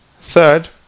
third